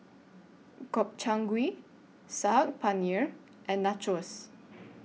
Gobchang Gui Saag Paneer and Nachos